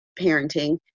parenting